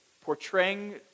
portraying